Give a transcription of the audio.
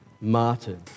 martyred